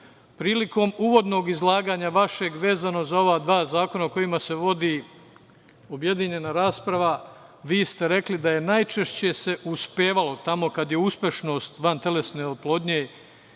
Prilikom uvodnog izlaganja vašeg, vezano za ova dva zakona o kojima se vodi objedinjena rasprava, vi ste rekli da se najčešće uspevalo tamo kad je uspešnost vantelesne oplodnje